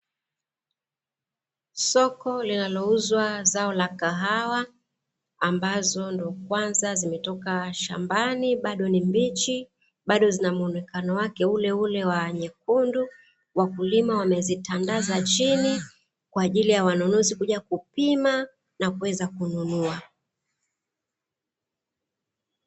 Soko linalouza zao la kahawa, ambazo ndio kwanza zimetoka shambani, bado ni mbichi, bado zinamuonekano wake uleule wa nyekundu. Wakulima wamezitandaza chini kwa ajili ya wanunuzi kuja kupima na kuweza kununua.